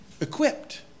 equipped